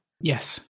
Yes